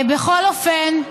בכל אופן,